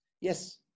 Yes